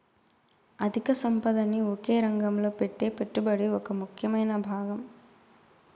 అధిక సంపదని ఒకే రంగంలో పెట్టే పెట్టుబడి ఒక ముఖ్యమైన భాగం